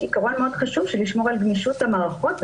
יש עיקרון מאוד חשוב והוא שמירה על גמישות המערכות,